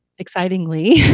excitingly